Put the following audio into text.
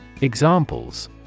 Examples